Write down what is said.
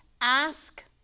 ask